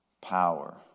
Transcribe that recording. power